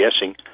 guessing